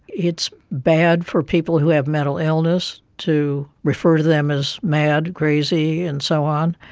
it's bad for people who have mental illness to refer to them as mad, crazy and so on,